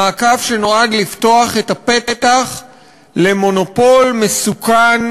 מעקף שנועד לפתוח את הפתח למונופול מסוכן,